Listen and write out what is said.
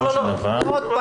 בסופו של דבר ------ לא,